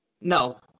No